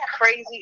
crazy